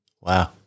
wow